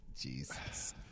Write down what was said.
Jesus